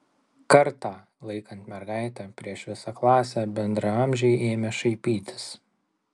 kartą laikant mergaitę prieš visą klasę bendraamžiai ėmė šaipytis